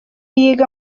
yiga